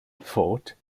fort